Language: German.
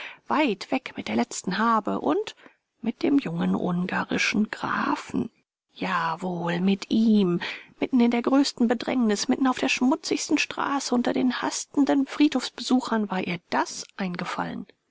weit weg mit der letzten habe und mit dem jungen ungarischen grafen jawohl mit ihm mitten in der größten bedrängnis mitten auf der schmutzigen straße unter den hastenden friedhofbesuchern war ihr das eingefallen